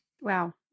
wow